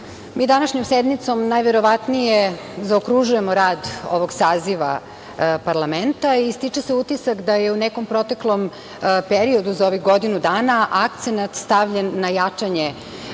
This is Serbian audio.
mi današnjom sednicom najverovatnije zaokružujemo rad ovog saziva parlamenta i stiče se utisak da je u nekom proteklom periodu za ovih godinu dana akcenat stavljen na jačanje